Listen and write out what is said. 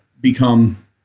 become